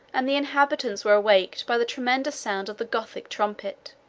and the inhabitants were awakened by the tremendous sound of the gothic trumpet.